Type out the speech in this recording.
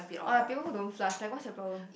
or like people who don't flush like what's your problem